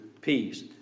peace